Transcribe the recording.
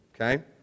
Okay